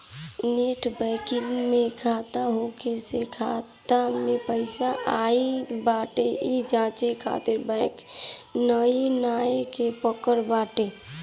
net banking में खाता होखला से खाता में पईसा आई बाटे इ जांचे खातिर बैंक नाइ जाए के पड़त बाटे